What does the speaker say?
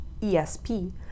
ESP